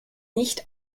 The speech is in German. nicht